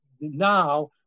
now